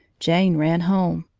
jane ran home,